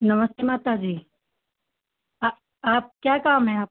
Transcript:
नमस्ते माता जी आप आप क्या काम है आपको